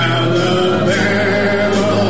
Alabama